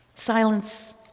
Silence